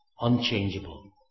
unchangeable